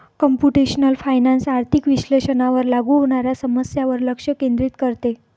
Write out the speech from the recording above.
computational finance आर्थिक विश्लेषणावर लागू होणाऱ्या समस्यांवर लक्ष केंद्रित करते